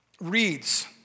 reads